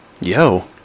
yo